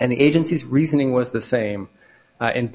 and the agency's reasoning was the same